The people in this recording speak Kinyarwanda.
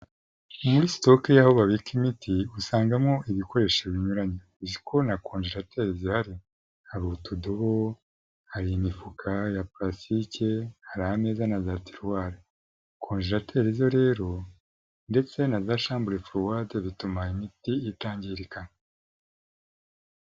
Muri stock y'aho babika imiti usangamo ibikoresho binyuranye, uzi ko na konjerateri zihari? Hari utudobo, hari imifuka ya plastic, hari ameza na za tiruwari, konjerateri zo rero ndetse na shambure kuruwade zituma imiti itangirika.